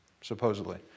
supposedly